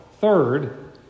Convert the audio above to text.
Third